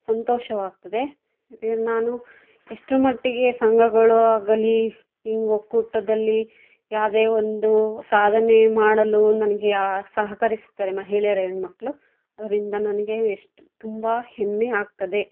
ಸಂತೋಷವಾಗ್ತದೆ ಮತ್ತು ನಾನು ಎಷ್ಟರ ಮಟ್ಟಿಗೆ ಸಂಘಗಳು ಆಗಲಿ ಹಿಂಗೆ ಒಕ್ಕೂಟದಲ್ಲಿ ಯಾವುದೇ ಒಂದು ಸಾಧನೆ ಮಾಡಲು ನನಿಗೆ ಸಹಕರಿಸ್ತಾರೆ ಮಹಿಳೆಯರು ಹೆಣ್ಮಕ್ಕಳು ಅದರಿಂದ ನನಗೆ ಎಷ್ಟು ತುಂಬ ಹೆಮ್ಮೆ ಆಗ್ತದೆ